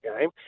game